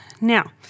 Now